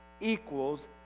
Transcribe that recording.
equals